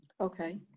Okay